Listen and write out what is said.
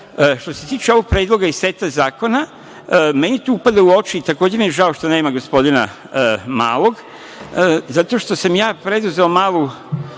što se tiče ovog predloga seta zakona, meni tu upada u oči i takođe mi je žao što nema gospodina Malog, zato što sam ja preduzeo malu